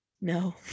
no